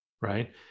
right